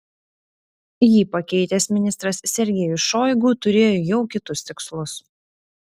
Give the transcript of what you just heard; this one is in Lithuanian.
jį pakeitęs ministras sergejus šoigu turėjo jau kitus tikslus